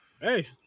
Hey